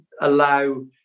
allow